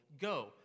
Go